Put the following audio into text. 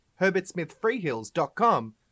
herbertsmithfreehills.com